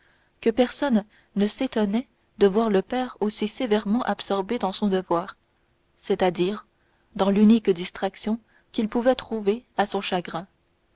que personne ne s'étonnait de voir le père aussi sévèrement absorbé dans son devoir c'est-à-dire dans l'unique distraction qu'il pouvait trouver à son chagrin